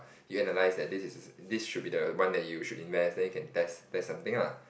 you analyse that this is this should be the one that you should invest then you can test test something lah